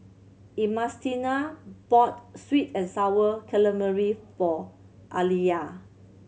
Ernestina bought sweet and Sour Calamari for Aliyah